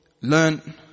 learn